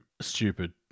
stupid